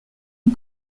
une